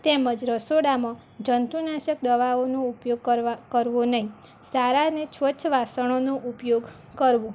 તેમજ રસોડામાં જંતુનાશક દવાઓનો ઉપયોગ કરવા કરવો નહીં સારા અને સ્વચ્છ વાસણોનો ઉપયોગ કરવો